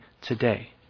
today